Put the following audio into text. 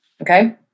Okay